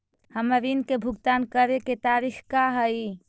हमर ऋण के भुगतान करे के तारीख का हई?